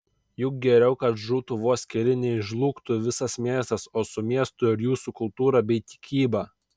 juk geriau kad žūtų vos keli nei žlugtų visas miestas o su miestu ir jūsų kultūra bei tikyba